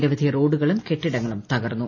നിരവധി റോഡുകളും കെട്ടിടങ്ങളും തകർന്നു